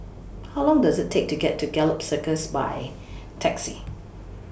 How Long Does IT Take to get to Gallop Circus By Taxi